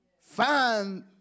find